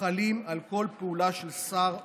החלים על כל פעולה של שר ושרה.